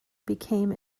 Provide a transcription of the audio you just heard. became